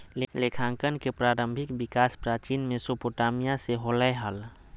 लेखांकन के प्रारंभिक विकास प्राचीन मेसोपोटामिया से होलय हल